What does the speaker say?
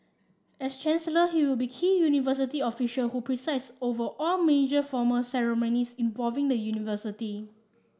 as Chancellor he will be key university official who presides over all major formal ceremonies involving the university